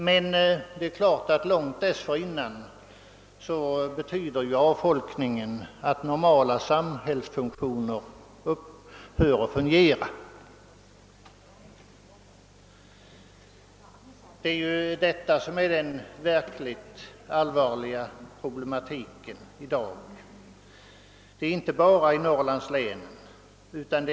Men långt dessförinnan medför avfolkningen att normala samhällsfunktioner upphör. Det är detta som i dag är det verkligt allvarliga problemet. Denna utveckling förekommer inte bara i norrlandslänen.